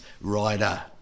rider